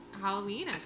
Halloween